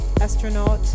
Astronaut